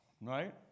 right